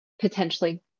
potentially